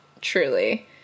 truly